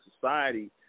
society